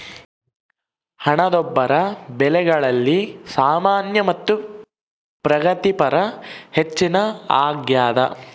ಹಣದುಬ್ಬರ ಬೆಲೆಗಳಲ್ಲಿ ಸಾಮಾನ್ಯ ಮತ್ತು ಪ್ರಗತಿಪರ ಹೆಚ್ಚಳ ಅಗ್ಯಾದ